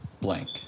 blank